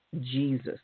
Jesus